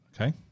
Okay